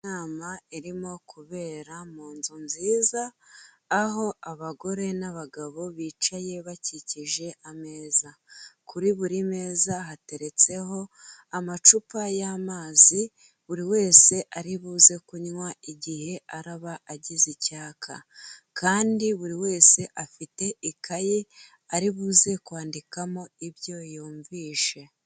Inama irimo kubera mu nzu nziza aho abagore n'abagabo bicaye bakikije ameza. Kuri buri meza hateretseho amacupa y'amazi buri wese aribuze kunywa igihe araba agize icyaka. Kandi buri wese afite ikayi aribuze kwandikamo ibyo yumvise.